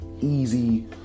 easy